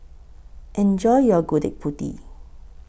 Enjoy your Gudeg Putih